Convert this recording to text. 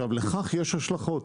לכך יש השלכות.